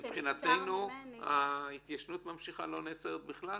אז מבחינתנו ההתיישנות ממשיכה ולא נעצרת בכלל?